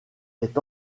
est